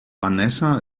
vanessa